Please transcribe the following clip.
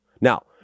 Now